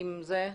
עם זה?